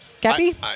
Cappy